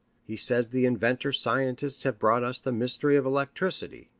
he says the inventor-scientists have brought us the mystery of electricity,